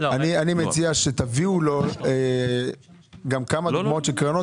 אני מציע שתביאו לו גם כמה דוגמאות של קרנות